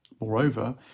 Moreover